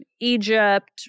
Egypt